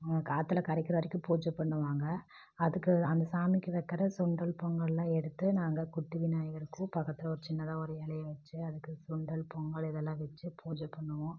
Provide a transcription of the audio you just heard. ஆற்றுல கரைக்கிற வரைக்கும் பூஜை பண்ணுவாங்க அதுக்கு அந்த சாமிக்கு வைக்கிற சுண்டல் பொங்கல்லாம் எடுத்து நாங்கள் குட்டி விநாயகருக்கும் பக்கத்தில் ஒரு சின்னதாக ஒரு இலைய வச்சு அதுக்கு சுண்டல் பொங்கல் இதெல்லாம் வச்சு பூஜை பண்ணுவோம்